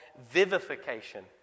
vivification